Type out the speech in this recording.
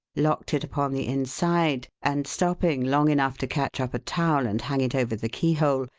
locked it upon the inside, and stopping long enough to catch up a towel and hang it over the keyhole,